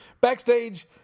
Backstage